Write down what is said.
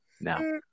no